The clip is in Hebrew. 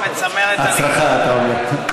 הצרחה, אתה אומר.